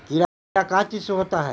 कीड़ा का चीज से होता है?